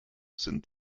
sind